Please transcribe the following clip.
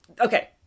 Okay